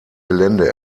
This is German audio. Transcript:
gelände